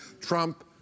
Trump